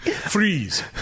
Freeze